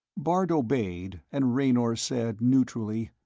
bart obeyed, and raynor said neutrally,